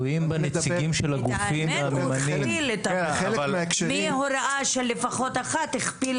האמת, הוא הכפיל מהוראה של אחת לשתיים.